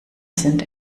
sind